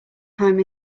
time